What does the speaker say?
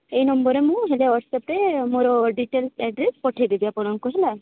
ଏଇ ନମ୍ବର୍ରେ ମୁଁ ହେଲେ ହ୍ୱାଟ୍ସଅପ୍ରେ ମୋର ଡିଟେଲସ୍ ଆଡ୍ରେଶ୍ ପଠେଇ ଦେବି ଆପଣଙ୍କୁ ହେଲା